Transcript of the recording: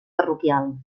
parroquial